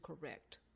correct